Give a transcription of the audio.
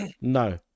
No